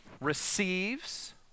receives